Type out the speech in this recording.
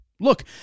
Look